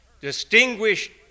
Distinguished